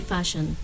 Fashion